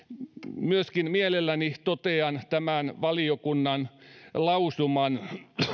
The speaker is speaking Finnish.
myöskin mielelläni totean tämän valiokunnan lausuman